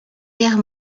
guerre